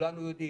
כולנו יודעים,